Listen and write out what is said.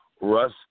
Russ